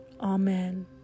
Amen